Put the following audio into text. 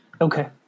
Okay